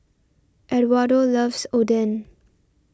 Edwardo loves Oden